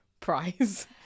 Prize